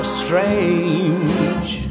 strange